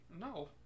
No